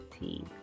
Tea